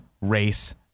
race